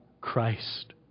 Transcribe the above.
Christ